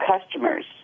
customers